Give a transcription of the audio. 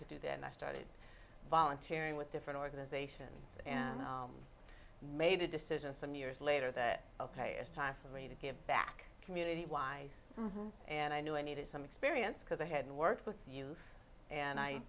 could do that and i started volunteering with different organizations and made a decision some years later that ok it's time for me to give back community wise and i knew i needed some experience because i had worked with you and i